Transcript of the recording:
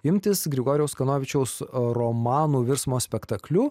imtis grigorijaus kanovičiaus romanų virsmo spektakliu